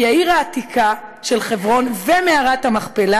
כי העיר העתיקה של חברון ומערת המכפלה